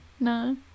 No